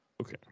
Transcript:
Okay